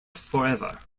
forever